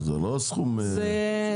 זה גרושים.